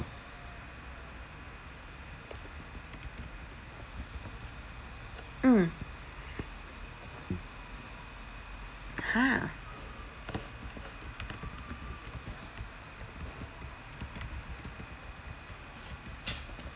mm ha